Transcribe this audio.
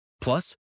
Plus